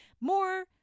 more